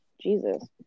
Jesus